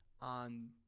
on